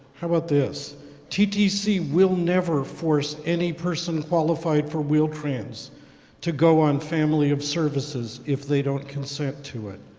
how about this ttc will never force any person qualified for wheel-trains to go on family of services if they don't consent to it.